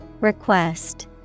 request